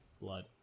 blood